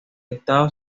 estado